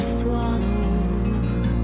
swallowed